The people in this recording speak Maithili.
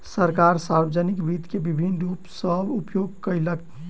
सरकार, सार्वजानिक वित्त के विभिन्न रूप सॅ उपयोग केलक